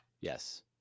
Yes